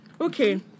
Okay